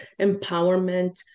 Empowerment